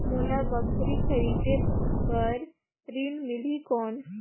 मोला बकरी खरीदे बार ऋण मिलही कौन?